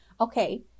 Okay